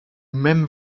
même